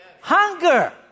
Hunger